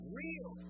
real